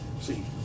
See